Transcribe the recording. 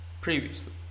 previously